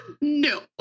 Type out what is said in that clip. no